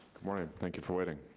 morning, thank you for waiting.